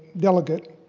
delegate.